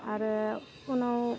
आरो खुनु